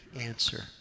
answer